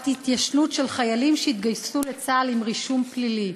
ההתיישנות לחיילים שהתגייסו לצה"ל עם רישום פלילי.